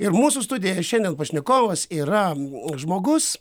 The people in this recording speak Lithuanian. ir mūsų studijoj šiandien pašnekovas yra žmogus